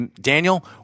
Daniel